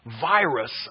virus